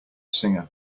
singer